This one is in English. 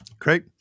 Great